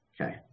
okay